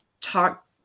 talk